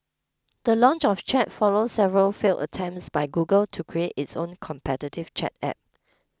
the launch of Chat follows several failed attempts by Google to create its own competitive chat app